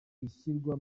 ishyirwa